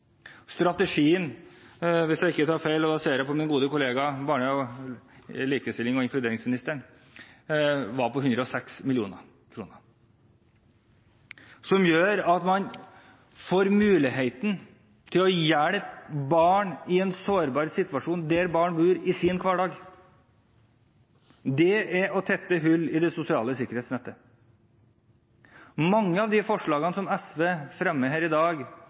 Strategien var på – hvis jeg ikke tar feil, og da ser jeg på min gode kollega, barne-, likestillings- og inkluderingsministeren – 106 mill. kr., som gjør at man får muligheten til å hjelpe barn i en sårbar situasjon der barn bor, i deres hverdag. Dette er å tette hull i det sosiale sikkerhetsnettet. Mye i de forslagene som SV fremmer her i dag,